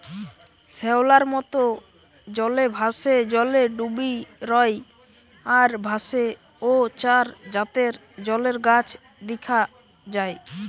শ্যাওলার মত, জলে ভাসে, জলে ডুবি রয় আর ভাসে ঔ চার জাতের জলের গাছ দিখা যায়